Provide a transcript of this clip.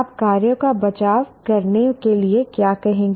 आप कार्यों का बचाव करने के लिए क्या कहेंगे